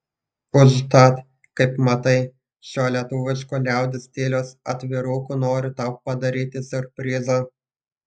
užtat kaip matai šiuo lietuvišku liaudies stiliaus atviruku noriu tau padaryti siurprizą